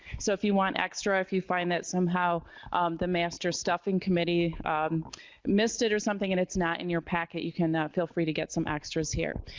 so if you want extra, if you find that somehow the master stuffing committee missed it or something and it's not in your packet, you can feel free to get some extras here.